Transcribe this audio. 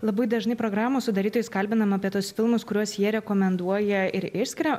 labai dažnai programų sudarytojus kalbinam apie tuos filmus kuriuos jie rekomenduoja ir išskiria